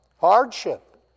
hardship